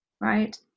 right